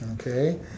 Okay